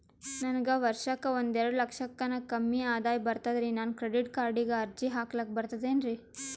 ನನಗ ವರ್ಷಕ್ಕ ಒಂದೆರಡು ಲಕ್ಷಕ್ಕನ ಕಡಿಮಿ ಆದಾಯ ಬರ್ತದ್ರಿ ನಾನು ಕ್ರೆಡಿಟ್ ಕಾರ್ಡೀಗ ಅರ್ಜಿ ಹಾಕ್ಲಕ ಬರ್ತದೇನ್ರಿ?